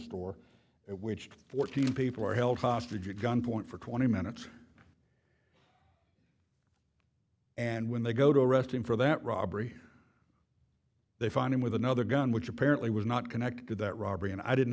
store which fourteen people are held hostage at gunpoint for twenty minutes and when they go to arrest him for that robbery they find him with another gun which apparently was not connected that robbery and i didn't